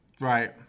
Right